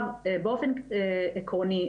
באופן עקרוני,